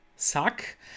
suck